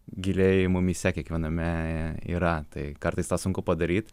giliai mumyse kiekviename yra tai kartais tą sunku padaryt